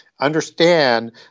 understand